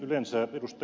yleensä ed